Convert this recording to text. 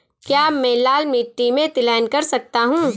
क्या मैं लाल मिट्टी में तिलहन कर सकता हूँ?